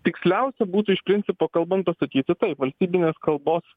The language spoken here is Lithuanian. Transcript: tiksliausia būtų iš principo kalbant atsakyti taip valstybinės kalbos